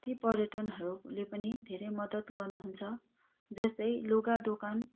ती पर्यटनहरूले पनि धेरै मद्दत गर्नुहुन्छ जस्तै लुगा दोकान